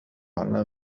على